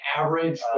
average